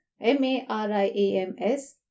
m-a-r-i-a-m-s